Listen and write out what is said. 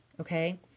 okay